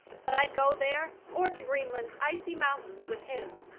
but i'd go there or to greenland's icy mountains with him.